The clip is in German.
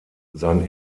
sein